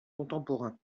contemporains